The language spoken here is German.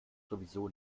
sowieso